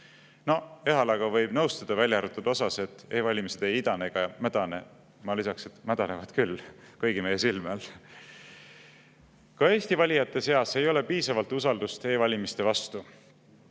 No Ehalaga võib nõustuda, välja arvatud osas, et e-valimised ei idane ega mädane. Ma lisaksin, et mädanevad küll, kõigi meie silme all. Ka Eesti valijate seas ei ole piisavalt usaldust e-valimiste vastu.